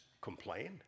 complain